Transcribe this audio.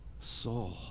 soul